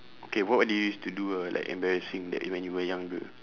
okay what what did you used to do uh like embarrassing that when you were younger